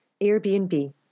Airbnb